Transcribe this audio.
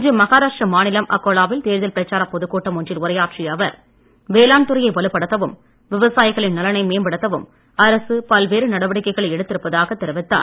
இன்று மகாராஷ்டிரா மாநிலம் அக்கோலாவில் தேர்தல் பிரச்சார பொதுக்கூட்டம் ஒன்றில் உரையாற்றிய அவர் வேளாண்துறையை வலுப்படுத்தவும் விவசாயிகளின் நலனை மேம்படுத்தவும் அரசு பல்வேறு நடவடிக்கைகளை எடுத்திருப்பதாக தெரிவித்தார்